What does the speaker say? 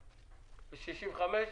בעד אישור סעיף 65?